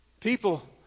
people